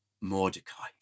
Mordecai